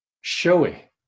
showy